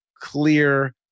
clear